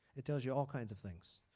it tells you all kinds of things.